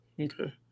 Okay